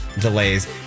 delays